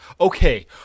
Okay